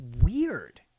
weird